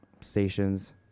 stations